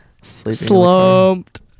Slumped